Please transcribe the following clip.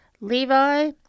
Levi